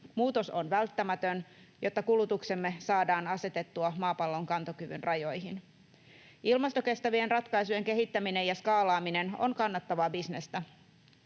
Muutos on välttämätön, jotta kulutuksemme saadaan asetettua maapallon kantokyvyn rajoihin. Ilmastokestävien ratkaisujen kehittäminen ja skaalaaminen on kannattavaa bisnestä.